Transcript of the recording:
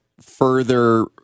further